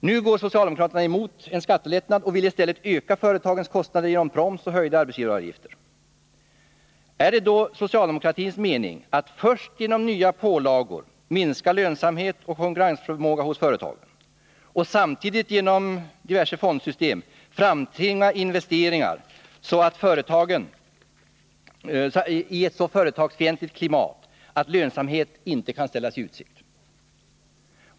Nu går socialdemokraterna emot en skattelättnad och vill i stället öka företagens kostnader genom proms och höjda arbetsgivaravgifter. Är det då socialdemokratins mening att genom nya pålagor först minska lönsamhet och konkurrensförmåga hos företagen och genom diverse fondsystem därefter framtvinga investeringar i ett så företagsfientligt klimat att lönsamhet inte kan ställas i utsikt?